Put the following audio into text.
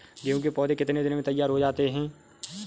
गेहूँ के पौधे कितने दिन में तैयार हो जाते हैं?